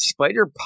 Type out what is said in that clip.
Spider